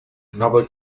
nova